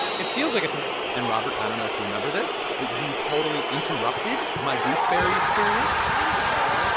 it feels like a tomato and, robert, i don't know if you remember this, but you totally interrupted my gooseberry experience gooseberry.